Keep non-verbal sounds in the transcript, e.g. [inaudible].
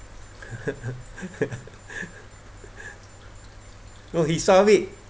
[laughs] no he solve it